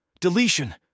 Deletion